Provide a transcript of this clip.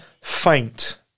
faint